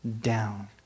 down